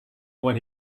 when